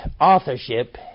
authorship